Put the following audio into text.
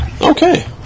Okay